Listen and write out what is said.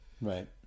Right